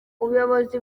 ubuyobozi